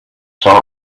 saw